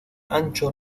ancho